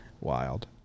Wild